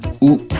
ou